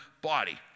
body